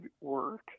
work